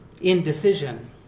indecision